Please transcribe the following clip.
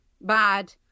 bad